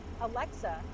Alexa